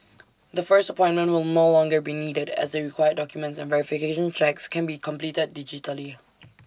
the first appointment will more longer be needed as the required documents and verification checks can be completed digitally